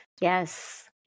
Yes